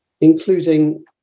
including